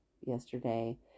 yesterday